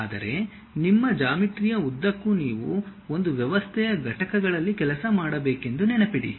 ಆದರೆ ನಿಮ್ಮ ಜಾಮಿಟ್ರಿಯ ಉದ್ದಕ್ಕೂ ನೀವು ಒಂದು ವ್ಯವಸ್ಥೆಯ ಘಟಕಗಳಲ್ಲಿ ಕೆಲಸ ಮಾಡಬೇಕೆಂದು ನೆನಪಿಡಿ